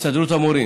הסתדרות המורים,